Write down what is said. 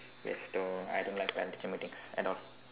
yes so I don't like parent teacher meeting at all